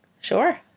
Sure